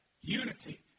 unity